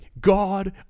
God